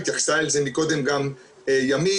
התייחסה אל זה מקודם גם ימית,